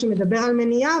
שמדבר על מניעה,